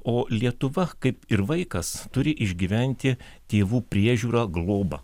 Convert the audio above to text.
o lietuva kaip ir vaikas turi išgyventi tėvų priežiūrą globą